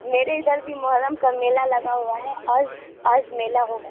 میرے ادھر بھی محرم کا میلہ لگا ہوا ہے آج آج میلہ ہوگا